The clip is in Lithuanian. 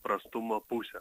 prastumo pusę